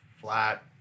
flat